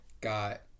got